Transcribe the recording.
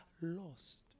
lost